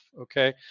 okay